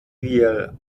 wir